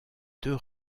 deux